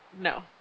no